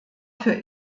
für